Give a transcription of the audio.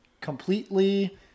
completely